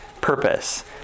purpose